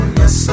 yes